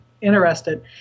interested